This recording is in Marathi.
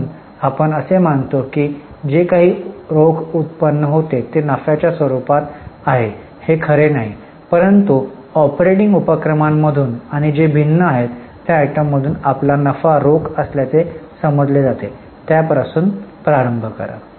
म्हणून आपण असे मानतो की जे काही रोख उत्पन्न होते ते नफ्याच्या स्वरूपात आहे हे खरे नाही परंतु ऑपरेटिंग उपक्रमामधून आणि जे भिन्न आहेत त्या आयटममधून आपला नफा रोख असल्याचे समजले जाते त्यापासून प्रारंभ करा